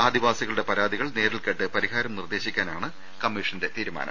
ആദിവാസികളുടെ പരാതികൾ നേരിൽ കേട്ട് പരിഹാരം നിർദേശിക്കാനാണ് കമ്മീഷന്റെ തീരുമാനം